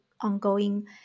ongoing